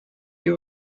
you